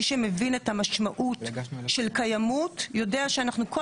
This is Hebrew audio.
מי שמבין את המשמעות של קיימות יודע שאנחנו כל